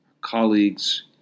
colleagues